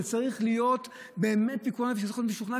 זה צריך להיות באמת פיקוח נפש וצריך להיות משוכנע,